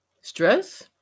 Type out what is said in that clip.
Stress